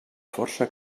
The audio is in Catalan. força